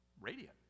radiant